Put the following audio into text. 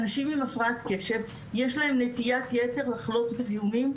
אנשים עם הפרעת קשב יש להם נטיית ייתר לחלות בזיהומים,